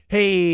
Hey